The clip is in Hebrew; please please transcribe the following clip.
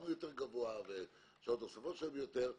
יותר גבוה והשעות הנוספות שלהם עלותן גבוהה יותר?